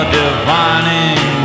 divining